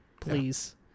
please